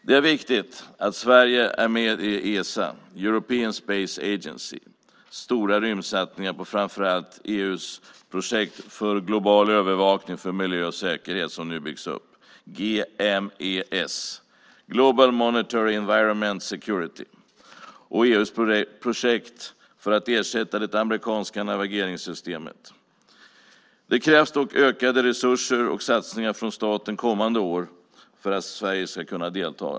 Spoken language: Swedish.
Det är viktigt att Sverige är med i Esa, European Space Agency, stora rymdsatsningar på framför allt EU:s projekt för global övervakning för miljö och säkerhet som nu byggs upp, GMES, Global Monitoring for Environment and Security, och EU:s projekt för att ersätta det amerikanska navigeringssystemet. Det krävs dock ökade resurser och satsningar från staten kommande år för att Sverige ska kunna delta.